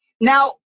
Now